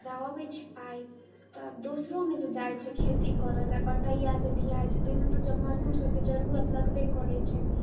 अबैत छै पाइ तब दोसरोमे जे जाइत छै खेती करऽ लए बँटैआ जे दिआइ छै तऽ ओहिमे तऽ मजदूर सबकेंँ जरूरत लगबे करैत छै